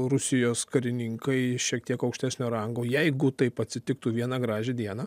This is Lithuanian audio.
rusijos karininkai šiek tiek aukštesnio rango jeigu taip atsitiktų vieną gražią dieną